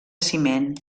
ciment